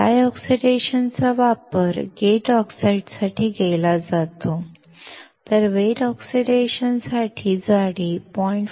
dry oxidation चा वापर gate ऑक्साइडसाठी केला जाऊ शकतो तर वेट ऑक्सिडेशन साठी जाडी 0